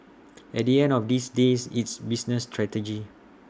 at the end of these day it's business strategy